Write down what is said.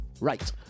Right